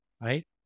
right